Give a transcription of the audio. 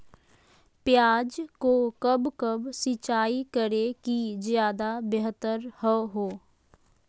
प्याज को कब कब सिंचाई करे कि ज्यादा व्यहतर हहो?